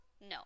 No